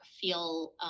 feel